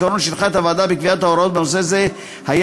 העיקרון שהנחה את הוועדה בקביעת ההוראות בנושא זה היה,